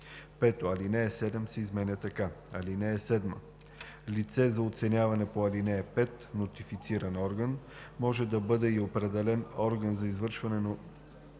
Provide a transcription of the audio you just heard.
5. Алинея 7 се изменя така: „(7) Лице за оценяване по ал. 5 – нотифициран орган, може да бъде и определен орган за извършване на